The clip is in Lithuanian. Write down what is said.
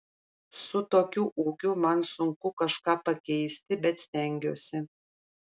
su tokiu ūgiu man sunku kažką pakeisti bet stengiuosi